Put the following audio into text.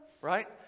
right